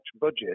budget